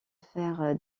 faire